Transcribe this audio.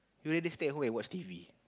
you everyday stay at home and watch T_V